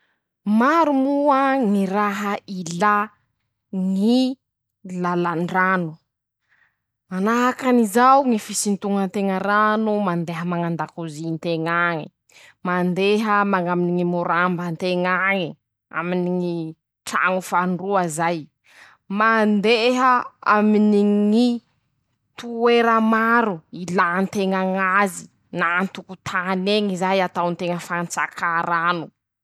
<...ptoa>Maro moa ñy raha ilà ñy lalan-drano: -Manahaky anizao ñy fisintoñan-teña rano mandeha mañ'andakozin-teña añe. mandeha mañaminy ñy moramban-teña añe aminy ñy traño fandroa zay. mandeha aminy ñy toera maro ilan-teña azy na an-tokotany eñy zay ataon-teña fantsakà rano.